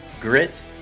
grit